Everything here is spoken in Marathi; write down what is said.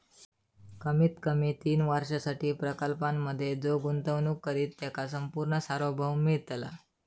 कमीत कमी तीन वर्षांसाठी प्रकल्पांमधे जो गुंतवणूक करित त्याका संपूर्ण सार्वभौम मिळतला